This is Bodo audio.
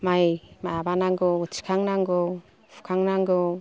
माइ माबा नांगौ थिखांनांगौ हुखांनांगौ